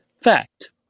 Fact